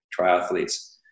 triathletes